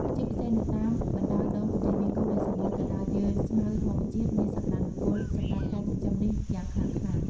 ជាពិសេសនៅតាមបណ្ដោយដងទន្លេមេគង្គដែលសំបូរទៅដោយវាលស្មៅធម្មជាតិមានសក្តានុពលសម្រាប់ការចិញ្ចឹមនេះយ៉ាងខ្លាំងក្លា។